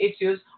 issues